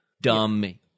dumb